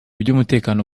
by’umutekano